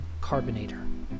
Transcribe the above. Carbonator